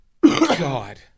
God